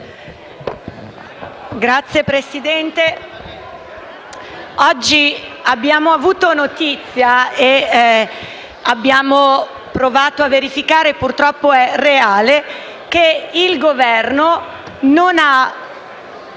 Signor Presidente, oggi abbiamo avuto notizia - abbiamo provato a verificare e purtroppo è reale - che il Governo non ha